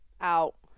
Out